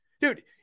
Dude